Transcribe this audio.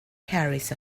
carries